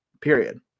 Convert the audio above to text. Period